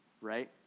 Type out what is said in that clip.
right